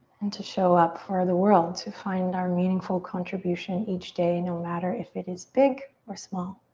and to show up for the world, to find our meaningful contribution each day no matter if it is big or small.